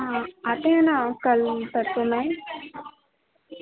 हाँ आते हैं ना कल परसों में